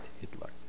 Hitler